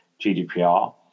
GDPR